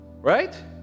right